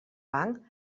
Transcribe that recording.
blanc